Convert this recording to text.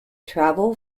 travel